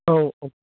औ औ